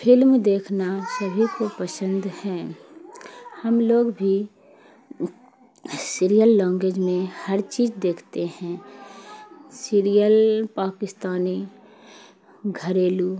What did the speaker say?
film دیکھنا سبھی کو پسند ہیں ہم لوگ بھی سیریل لونگویج میں ہر چیز دیکھتے ہیں سیریل پاکستانی گھریلو